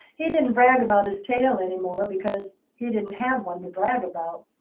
he didn't brag about his tail anymore because he didn't have one to brag about.